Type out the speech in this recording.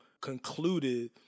concluded